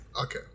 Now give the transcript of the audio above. okay